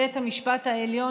בית המשפט העליון,